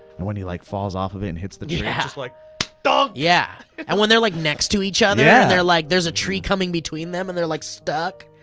and when he like falls off of and hits the tree, just like donk! yeah, and when their like next to each other, yeah and like there's a tree coming between them, and they're like stuck.